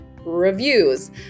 reviews